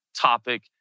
topic